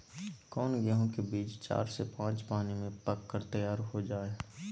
कौन गेंहू के बीज चार से पाँच पानी में पक कर तैयार हो जा हाय?